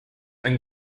and